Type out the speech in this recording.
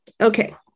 Okay